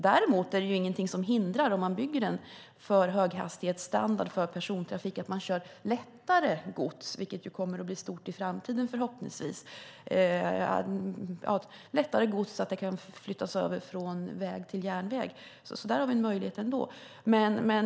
Däremot är det ju - om man bygger den för höghastighetsstandard för persontrafik - inget som hindrar att man kör lättare gods, vilket förhoppningsvis kommer att bli stort i framtiden, så att lättare gods kan flyttas över från väg till järnväg. Där har vi en möjlighet.